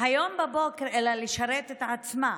אלא לשרת את עצמה.